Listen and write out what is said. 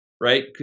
right